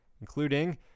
including